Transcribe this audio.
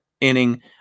inning